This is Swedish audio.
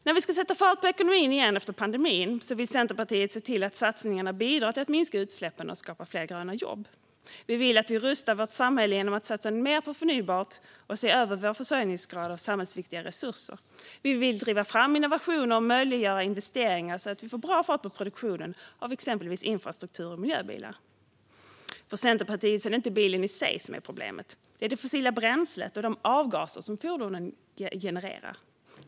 När vi ska sätta fart på ekonomin igen efter pandemin vill Centerpartiet se till att satsningarna bidrar till att minska utsläppen och till att skapa fler gröna jobb. Vi vill att vi rustar vårt samhälle genom att satsa mer på förnybart och se över vår försörjningsgrad av samhällsviktiga resurser. Vi vill driva fram innovationer och möjliggöra investeringar så att vi får bra fart på produktionen av exempelvis infrastruktur och miljöbilar. För Centerpartiet är det inte bilen i sig som är problemet. Det är det fossila bränslet och de avgaser som fordonen genererar.